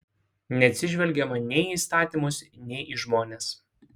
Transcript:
neatsižvelgiama nei į įstatymus nei į žmones